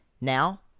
Now